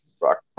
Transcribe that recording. Rock